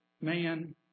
man